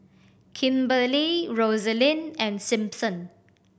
Kimberlee Rosalyn and Simpson